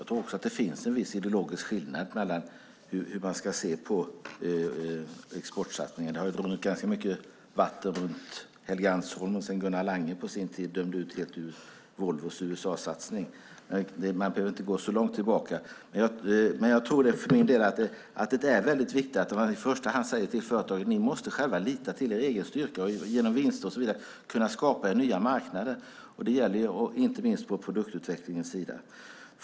Fru talman! Det finns en viss ideologisk skillnad på hur man ska se på exportsatsningen. Det har runnit mycket vatten runt Helgeandsholmen sedan Gunnar Lange på sin tid dömde ut Volvos USA-satsning. Man behöver inte gå så långt tillbaka. Det är viktigt att i första hand säga till företaget att man måste lita till sin egen styrka och med hjälp av vinster skapa nya marknader. Det gäller inte minst på produktutvecklingens sida.